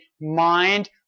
mind